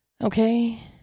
Okay